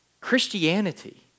Christianity